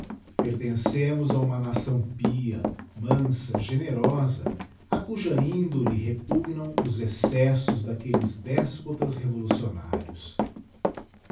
livre pertencemos a uma nação pia mansa generosa a cuja índole repugnam os excessos daqueues déspotas revolucionários